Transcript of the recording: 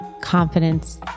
confidence